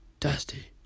Dusty